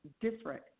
different